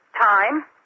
time